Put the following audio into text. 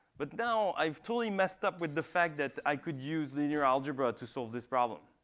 but now, i've totally messed up with the fact that i could use linear algebra to solve this problem.